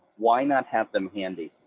why not have them handy?